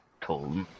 Told